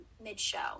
mid-show